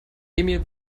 emil